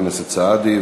תודה, חבר הכנסת סעדי.